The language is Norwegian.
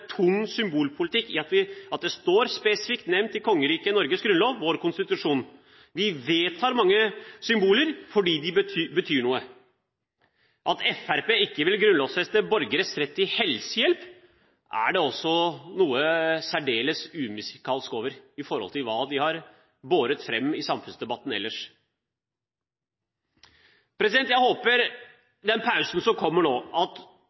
tung symbolpolitikk at det står spesifikt nevnt i Kongeriket Norges grunnlov – vår konstitusjon. Vi vedtar mange symboler fordi de betyr noe. At Fremskrittspartiet ikke vil grunnlovfeste borgeres rett til helsehjelp, er det også noe særdeles umusikalsk over i forhold til hva de har båret fram i samfunnsdebatten ellers. Jeg håper at Stortinget og de respektive partiene, i den pausen som kommer nå,